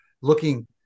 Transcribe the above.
looking